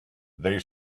they